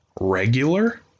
regular